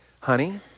honey